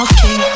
Okay